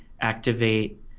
activate